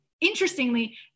interestingly